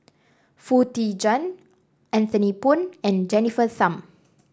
Foo Tee Jun Anthony Poon and Jennifer Tham